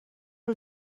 روی